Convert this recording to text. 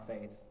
faith